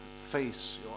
face